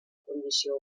condició